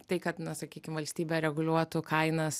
tai kad na sakykim valstybė reguliuotų kainas